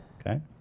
Okay